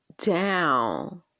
down